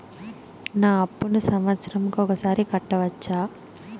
నా అప్పును సంవత్సరంకు ఒకసారి కట్టవచ్చా?